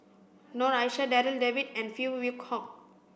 Noor Aishah Darryl David and Phey Yew Kok